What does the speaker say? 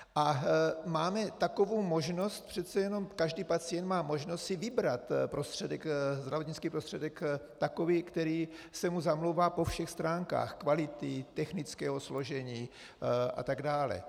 A máme takovou možnost, přece jenom každý pacient má možnost si vybrat zdravotnický prostředek takový, který se mu zamlouvá po všech stránkách: kvality, technického složení atd.